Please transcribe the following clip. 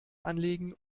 anlegen